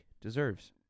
deserves